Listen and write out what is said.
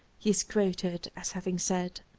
he is quoted as having said.